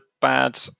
bad